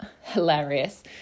hilarious